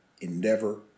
endeavor